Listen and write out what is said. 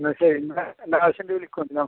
എന്നാല് ശരി എന്തെങ്കിലും ആവശ്യമുണ്ടെങ്കില് വിളിക്കൂ